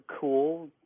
cool